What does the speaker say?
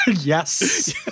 Yes